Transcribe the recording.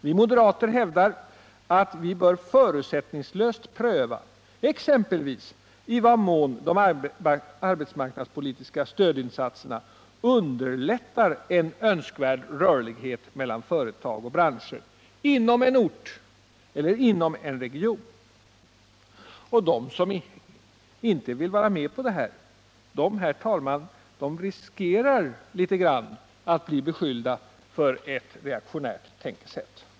Vi moderater hävdar att vi bör förutsättningslöst pröva exempelvis i vad mån de arbetsmarknadspolitiska stödåtgärderna underlätter en önskvärd rörlighet mellan företag och branscher inom en ort eller inom en region. De som inte vill vara med på det här, de riskerar, herr talman, litet grand att bli beskyllda för ett reaktionärt tänkesätt.